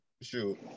shoot